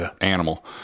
animal